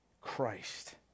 Christ